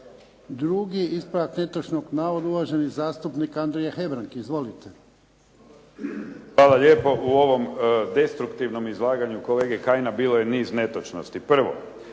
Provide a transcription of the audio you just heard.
Drugi ispravak netočnog navoda. Uvaženi zastupnik Andrija Hebrang. Izvolite. **Hebrang, Andrija (HDZ)** Hvala lijepo. U ovom destruktivnom izlaganju kolege Kajina bilo je niz netočnosti. Prvo,